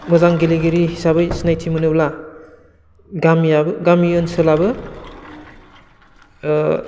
मोजां गेलेगिरि हिसाबै सिनायथि मोनोब्ला गामियाबो गामि ओनसोलाबो